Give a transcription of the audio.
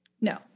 No